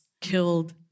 killed